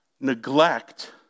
neglect